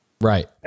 Right